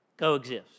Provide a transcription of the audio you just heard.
coexist